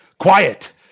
Quiet